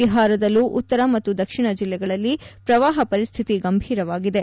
ಬಿಹಾರದಲ್ಲೂ ಉತ್ತರ ಮತ್ತು ದಕ್ಷಿಣ ಜಿಲ್ಲೆಗಳಲ್ಲಿ ಪ್ರವಾಹ ಪರಿಸ್ಥಿತಿ ಗಂಭೀರವಾಗಿದೆ